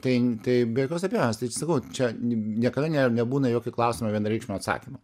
tai tai be jokios abejonės tai čia sakau čia niekada ne nebūna į jokį klausimą vienareikšmio atsakymo